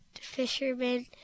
fisherman